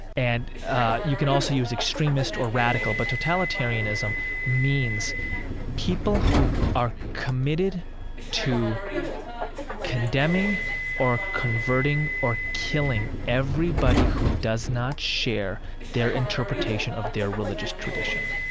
and you can also use extremist or radical, but totalitarianism means people who are committed to condemning or converting or killing everybody who does not share their interpretation of their religious tradition.